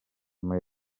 mai